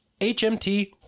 HMT